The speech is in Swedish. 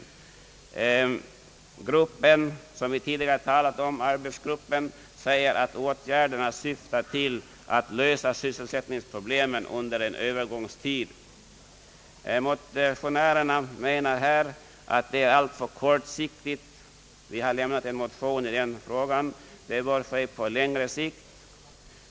Den arbetsgrupp som vi tidigare talat om säger att åtgärderna syftar till att lösa sysselsättningsproblemen =<:under en övergångstid. Motionärerna menar här att detta är alltför kortsiktigt. åtgärderna bör ske på längre sikt.